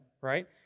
right